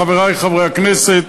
חברי חברי הכנסת,